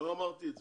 לא אמרתי את זה.